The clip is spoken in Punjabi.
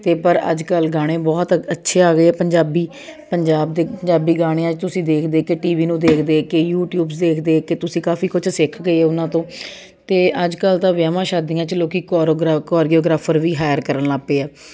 ਅਤੇ ਪਰ ਅੱਜ ਕੱਲ੍ਹ ਗਾਣੇ ਬਹੁਤ ਅੱਛੇ ਆ ਗਏ ਪੰਜਾਬੀ ਪੰਜਾਬ ਦੇ ਪੰਜਾਬੀ ਗਾਣਿਆਂ 'ਚ ਤੁਸੀਂ ਦੇਖ ਦੇਖ ਕੇ ਟੀ ਵੀ ਨੂੰ ਦੇਖ ਦੇਖ ਕੇ ਯੂਟੀਊਬਸ ਦੇਖ ਦੇਖ ਕੇ ਤੁਸੀਂ ਕਾਫੀ ਕੁਝ ਸਿੱਖ ਗਏ ਉਹਨਾਂ ਤੋਂ ਅਤੇ ਅੱਜ ਕੱਲ੍ਹ ਤਾਂ ਵਿਆਹਾਂ ਸ਼ਾਦੀਆਂ 'ਚ ਲੋਕ ਕੋਰੋਗ੍ਰਾ ਕੋਰਿਓਗ੍ਰਾਫਰ ਵੀ ਹਾਇਰ ਕਰਨ ਲੱਗ ਪਏ ਆ